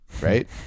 right